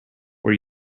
were